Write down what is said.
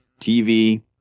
TV